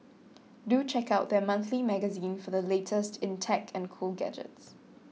do check out their monthly magazine for the latest in tech and cool gadgets